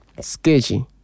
sketchy